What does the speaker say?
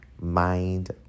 Mind